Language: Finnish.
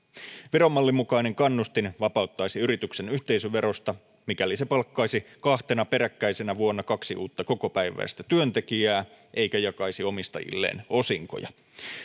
viron mallin mukainen kannustin vapauttaisi yrityksen yhteisöverosta mikäli se palkkaisi kahtena peräkkäisenä vuonna kaksi uutta kokopäiväistä työntekijää eikä jakaisi omistajilleen osinkoja